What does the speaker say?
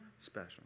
special